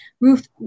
Ruth